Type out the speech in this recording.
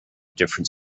different